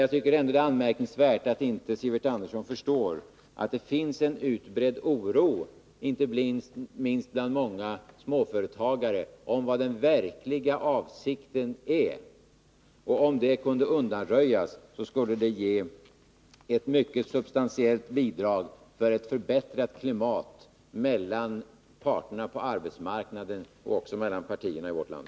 Jag tycker ändå det är anmärkningsvärt att Sivert Andersson inte förstår att det finns en utbredd oro inte minst bland många småföretagare när det gäller den verkliga avsikten. Om den oron kunde undanröjas, skulle det ge ett mycket substantiellt bidrag till ett förbättrat klimat mellan parterna på arbetsmarknaden och också mellan partierna i vårt land.